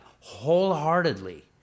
wholeheartedly